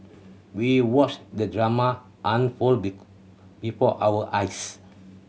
we watched the drama unfold be before our eyes